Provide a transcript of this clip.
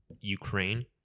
Ukraine